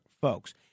folks